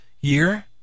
year